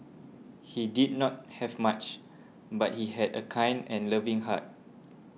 he did not have much but he had a kind and loving heart